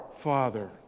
Father